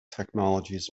technologies